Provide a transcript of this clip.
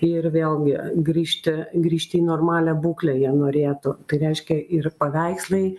ir vėlgi grįžti grįžti į normalią būklę jie norėtų tai reiškia ir paveikslai